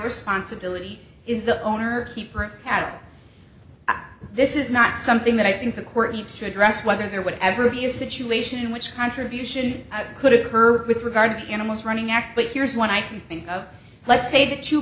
responsibility is the owner keeper carol this is not something that i think the court needs to address whether there would ever be a situation in which contribution could occur with regard to animals running act but here's one i can think of let's say the two